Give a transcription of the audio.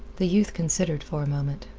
the youth considered for a moment.